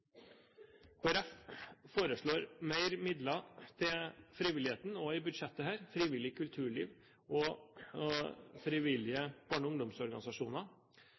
Folkeparti foreslår mer midler til frivilligheten, i dette budsjettet frivillig kulturliv og frivillige barne- og ungdomsorganisasjoner